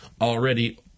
already